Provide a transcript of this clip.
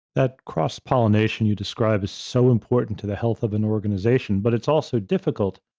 that cross pollination you describe is so important to the health of an organization, but it's also difficult,